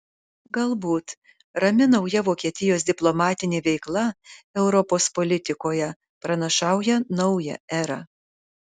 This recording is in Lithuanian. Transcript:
galbūt rami nauja vokietijos diplomatinė veikla europos politikoje pranašauja naują erą